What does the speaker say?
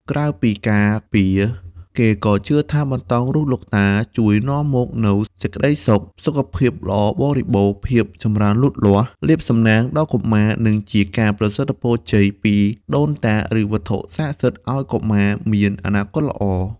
ក្រៅពីការពារ គេក៏ជឿថាបន្តោងរូបលោកតាជួយនាំមកនូវសេចក្ដីសុខ សុខភាពល្អបរិបូរណ៍ ភាពចម្រើនលូតលាស់ លាភសំណាងដល់កុមារ និងជាការប្រសិទ្ធពរជ័យពីដូនតា ឬវត្ថុស័ក្តិសិទ្ធិឱ្យកុមារមានអនាគតល្អ។